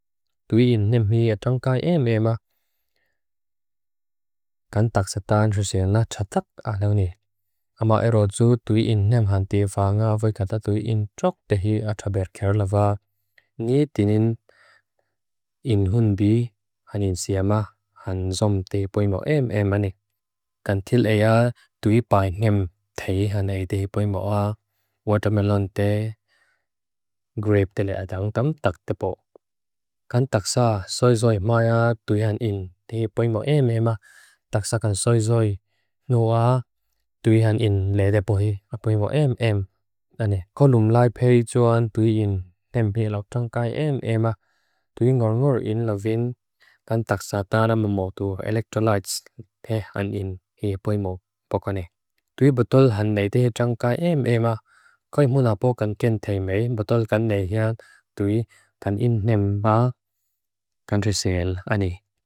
Tu i'in neam hii atangkai em ema. Kan taksa ta'an xusia na chatak a'leuni. Ama erodzu tu i'in neam hanti fa'a nga voikata tu i'in tsok tehi atraber kerleva. Ngi tinin in hunbi hanin siama han zom te poi mo em ema ni. Kan til ea tu i'pai ngem thei hanei te poi mo a. Watermelon te grape te le'a dang tam tak tepo. Kan taksa soi zoi maia tu i'an in te poi mo em ema. Taksa kan soi zoi nua tu i'an in le'a tepo hii a poi mo em ema. Ko lumlai pe'i joan tu i'in tempe lok tangkai em ema. Tu i'ngor ngor in lavin. Kan taksa ta'a ra ma modu electrolytes te han in hii poi mo pokane. Tui botol hanei te tangkai em ema. Koi muna pokan ken thei mei. Botol kan nehia tu i'an in neam ma. Kanresel ani.